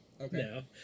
okay